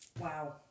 Wow